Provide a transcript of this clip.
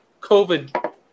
COVID